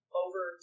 over